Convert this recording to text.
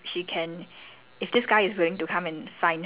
no that's why she married him because she felt like